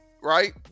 right